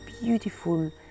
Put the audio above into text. beautiful